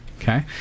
okay